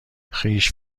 خویش